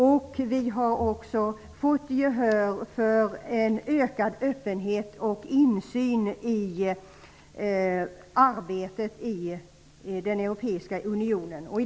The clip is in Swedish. Vidare har vi fått gehör för en ökad öppenhet och insyn i arbetet i den europeiska unionen.